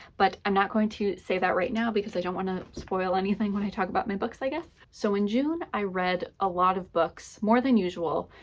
but i'm not going to say that right now because i don't want to spoil anything when i talk about my books, i guess. so in june, i read a lot of books, more than usual,